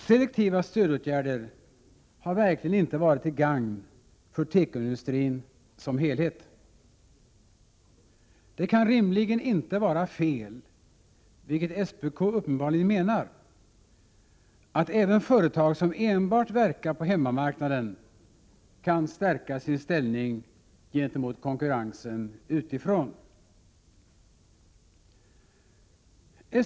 Selektiva stödåtgärder har verkligen inte varit till gagn för tekoindustrin som helhet. Det kan rimligen inte vara fel, vilket SPK uppenbarligen menar, att även företag som enbart verkar på hemmamarknaden, kan stärka sin ställning gentemot konkurrensen utifrån.